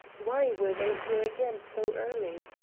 why were they here again so early?